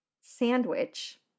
Sandwich